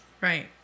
Right